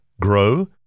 grow